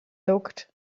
looked